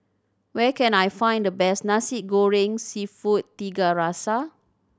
where can I find the best Nasi Goreng Seafood Tiga Rasa